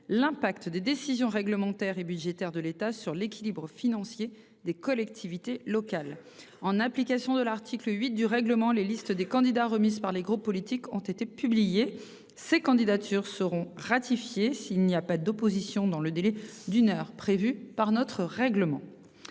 L'impact des décisions réglementaires et budgétaires de l'État sur l'équilibre financier des collectivités locales. » En application de l'article 8 du règlement, les listes des candidats remises par les groupes politiques ont été publiées. Ces candidatures seront ratifiées s'il n'y a pas d'opposition dans le délai d'une heure prévu par notre règlement.